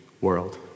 world